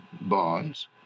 bonds